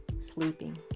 sleeping